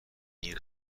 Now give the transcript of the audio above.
این